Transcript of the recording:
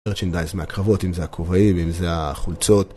מרצ'נדאיז מהקרבות, אם זה הכובעים, אם זה החולצות.